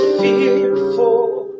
fearful